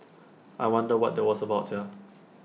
I wonder what that was about Sia